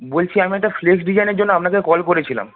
বলছি আমি একটা ফ্লেক্স ডিজাইনের জন্য আপনাকে কল করেছিলাম